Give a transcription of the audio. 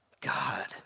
God